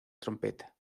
trompeta